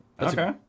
Okay